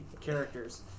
characters